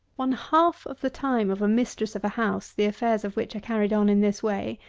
one half of the time of a mistress of a house, the affairs of which are carried on in this way,